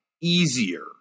easier